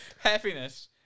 Happiness